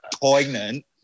poignant